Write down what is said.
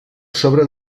sobre